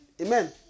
Amen